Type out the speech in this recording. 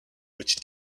which